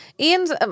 Ian's